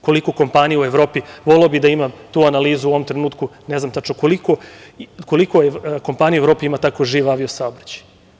Koliko kompanija u Evropi, voleo bih da imam tu analizu u ovom trenutku, ne znam tačno koliko kompanija u Evropi ima tako živ avio saobraćaj?